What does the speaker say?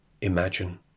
imagine